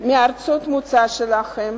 מארצות המוצא שלהם